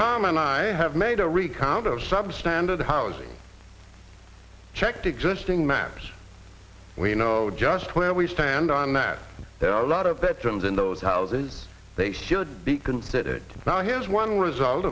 and i have made a recount of substandard housing checked existing maps we know just where we stand on that there are a lot of veterans in those houses they should be considered now here's one result